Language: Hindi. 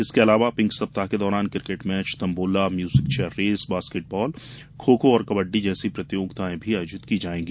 इसके अलावा पिंक सप्ताह के दौरान cricket match tambola musical chair race basketball kho kho और कबडडी जैसी प्रतियोगिताएं भी आयोजित की जायेंगी